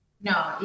No